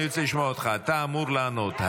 אני רוצה לשמוע אותך, אתה אמור לענות.